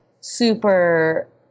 super